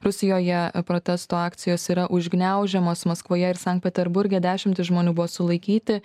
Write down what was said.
rusijoje protesto akcijos yra užgniaužiamos maskvoje ir sankt peterburge dešimtys žmonių buvo sulaikyti